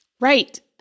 Right